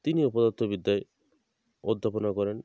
তিনিও পদার্থবিদ্যায় অধ্যাপনা করেন